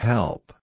Help